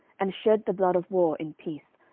and shed the blood of war in peace,